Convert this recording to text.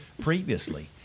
previously